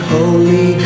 Holy